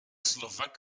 slovak